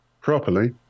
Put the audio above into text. properly